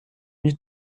mis